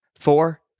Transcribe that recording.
Four